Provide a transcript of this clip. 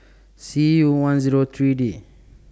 C U one Zero three D